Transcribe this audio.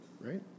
right